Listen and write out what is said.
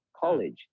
college